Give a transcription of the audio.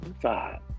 five